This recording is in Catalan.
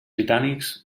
britànics